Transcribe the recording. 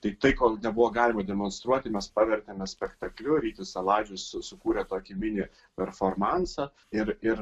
tai tai kol nebuvo galima demonstruoti mes pavertėme spektakliu rytis saladžius sukūrė tokį mini performansą ir ir